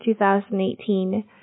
2018